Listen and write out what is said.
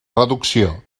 reducció